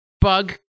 bug